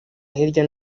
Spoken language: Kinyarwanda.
hirya